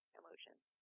emotions